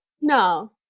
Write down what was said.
No